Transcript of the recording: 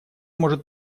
может